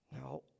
Now